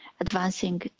advancing